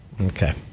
Okay